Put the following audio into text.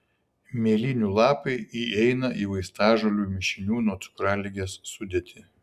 mėlynių lapai įeina į vaistažolių mišinių nuo cukraligės sudėtį